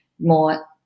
more